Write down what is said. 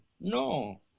No